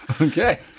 Okay